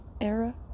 era